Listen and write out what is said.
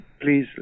please